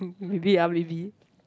mm maybe ah maybe